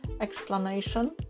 explanation